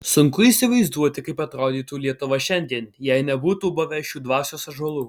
sunku įsivaizduoti kaip atrodytų lietuva šiandien jei nebūtų buvę šių dvasios ąžuolų